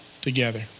together